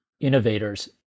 innovators